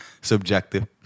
subjective